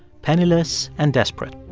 penniless and desperate